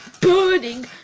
burning